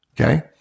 Okay